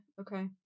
okay